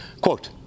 Quote